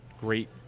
great